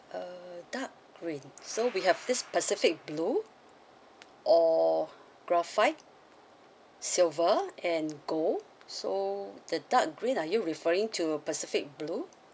uh dark green so we have this pacific blue or graphite silver and gold so the dark green are you referring to pacific blue